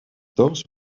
those